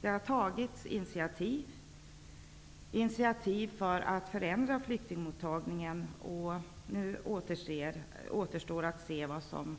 Det har tagits initiativ för att förändra flyktingmottagandet, och nu återstår att se vad som